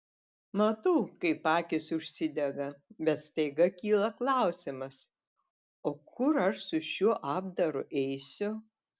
matau kaip akys užsidega bet staiga kyla klausimas o kur aš su šiuo apdaru eisiu